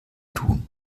tun